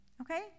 Okay